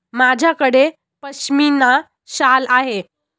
माझ्याकडे पश्मीना शाल आहे